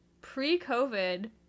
Pre-COVID